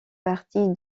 partie